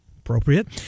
Appropriate